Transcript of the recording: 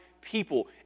people